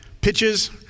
pitches